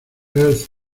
earth